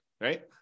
right